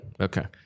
Okay